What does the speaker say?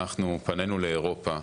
אנחנו פנינו לאירופה.